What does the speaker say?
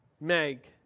Meg